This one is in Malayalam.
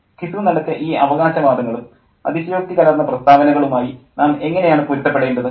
ഘിസു നടത്തിയ ഈ അവകാശവാദങ്ങളും അതിശയോക്തി കലർന്ന പ്രസ്താവനകളുമായി നാം എങ്ങനെയാണ് പൊരുത്തപ്പെടേണ്ടത്